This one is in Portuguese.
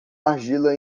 argila